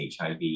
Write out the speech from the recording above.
HIV